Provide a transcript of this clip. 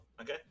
Okay